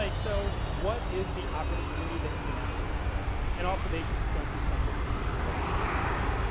like so what is the opportunity that you can activate there? and also they don't do sundays from what we were able to see.